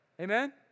Amen